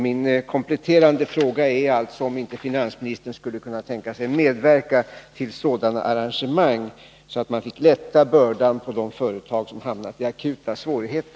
Min kompletterande fråga är alltså, om inte finansministern skulle kunna tänka sig att medverka till sådana arrangemang, så att man fick lätta bördan på de företag som hamnat i akuta svårigheter.